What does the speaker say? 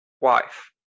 wife